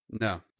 No